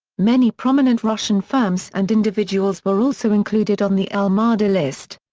many prominent russian firms and individuals were also included on the al mada list.